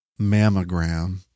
mammogram